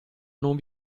non